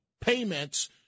payments